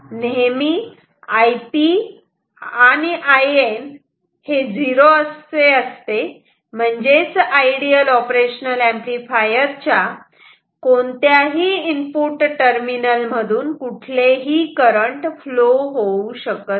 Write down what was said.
नेहमी Ip In 0 असे असते म्हणजे आयडियल ऑपरेशनल ऍम्प्लिफायर च्या कोणत्याही इनपुट टर्मिनल मधून कुठलेही करंट फ्लो होऊ शकत नाही